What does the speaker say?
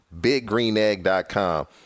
BigGreenEgg.com